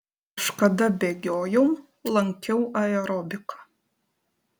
kažkada bėgiojau lankiau aerobiką